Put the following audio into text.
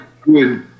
good